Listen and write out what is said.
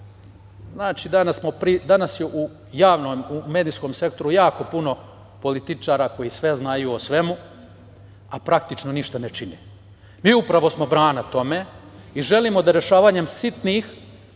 biti, danas je u medijskom sektoru jako puno političara koji sve znaju o svemu, a praktično ništa ne čine. Upravo smo brana tome i želimo da rešavanjem „sitnih“